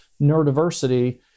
neurodiversity